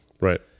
Right